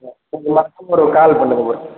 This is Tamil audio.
கால் பண்ணுங்கள் ப்ரோ